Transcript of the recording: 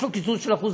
יש לו קיצוץ של 1%,